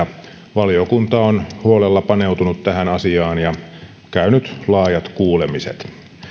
valiokunta on huolella paneutunut tähän asiaan ja käynyt laajat kuulemiset